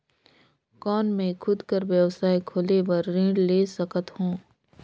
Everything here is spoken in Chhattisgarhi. कौन मैं खुद कर व्यवसाय खोले बर ऋण ले सकत हो?